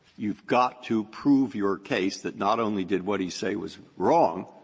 you've got to prove your case that, not only did what he say was wrong,